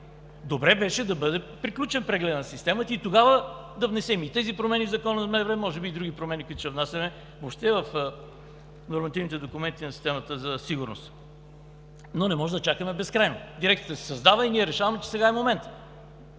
системата да бъде приключен и тогава да внесем тези промени в Закона за МВР, а може би и други промени, каквито ще внасяме въобще в нормативните документи на системата за сигурност. Но не можем да чакаме безкрайно. Дирекцията се създава и ние решаваме, че сега е моментът.